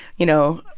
you know,